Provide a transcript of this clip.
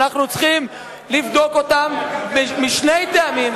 אנחנו צריכים לבדוק אותם משני טעמים.